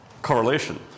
correlation